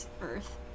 Earth